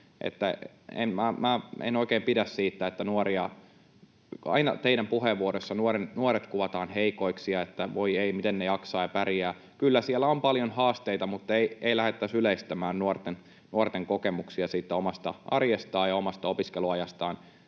En oikein pidä siitä, että aina teidän puheenvuoroissanne nuoret kuvataan heikoiksi ja että voi ei, miten ne jaksaa ja pärjää. Kyllä siellä on paljon haasteita, mutta ei lähdettäisi yleistämään nuorten kokemuksia omasta arjestaan ja omasta opiskeluajastaan